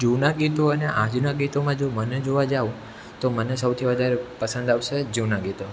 જૂના ગીતો અને આજના ગીતોમાં જો મને જોવા જાવ તો મને સૌથી વધારે પસંદ આવશે જૂના ગીતો